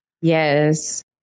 Yes